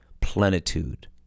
plenitude